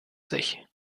sich